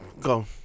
Go